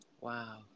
Wow